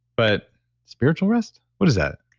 but spiritual rest? what is that?